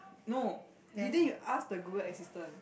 no didn't you ask the Google Assistant